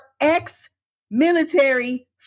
ex-military